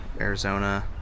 Arizona